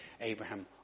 Abraham